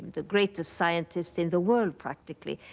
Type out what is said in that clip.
the greatest scientist in the world, practically.